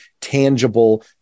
tangible